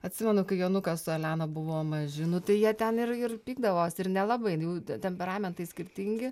atsimenu kai jonukas su elena buvo maži nu tai jie ten ir ir pykdavosi ir nelabai jų temperamentai skirtingi